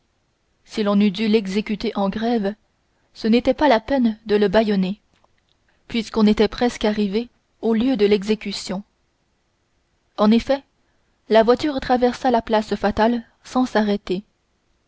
si l'on eût dû l'exécuter en grève ce n'était pas la peine de le bâillonner puisqu'on était presque arrivé au lieu de l'exécution en effet la voiture traversa la place fatale sans s'arrêter